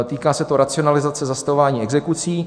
Týká se to racionalizace zastavování exekucí.